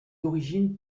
d’origine